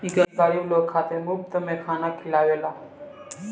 ई गरीब लोग खातिर मुफ्त में खाना खिआवेला